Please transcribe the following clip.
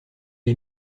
est